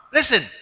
Listen